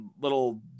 little